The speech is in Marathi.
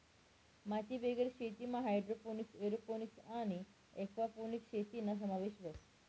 मातीबिगेर शेतीमा हायड्रोपोनिक्स, एरोपोनिक्स आणि एक्वापोनिक्स शेतीना समावेश व्हस